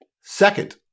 Second